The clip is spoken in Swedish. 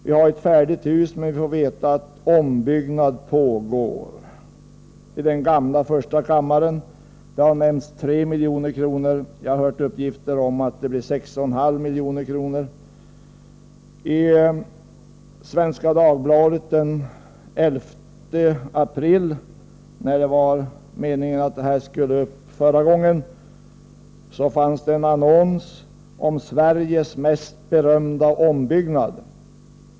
Vi har ett färdigt hus, men vi får veta att ombyggnad pågår i den gamla första kammaren. Siffran 3 milj.kr. har nämnts, men jag har hört uppgifter om att det hela kommer att kosta 6,5 milj.kr. I Svenska Dagbladet den 11 april — då det var meningen att det här ärendet skulle behandlas i kammaren — fanns en annons om Sveriges mest berömda ombyggnad.